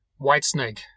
Whitesnake